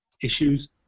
issues